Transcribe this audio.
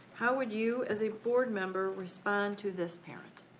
how would you, as a board member respond to this parent?